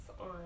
on